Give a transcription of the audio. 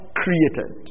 created